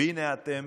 והינה אתם